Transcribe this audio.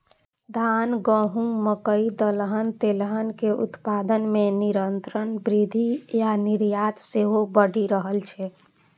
धान, गहूम, मकइ, दलहन, तेलहन के उत्पादन मे निरंतर वृद्धि सं निर्यात सेहो बढ़ि रहल छै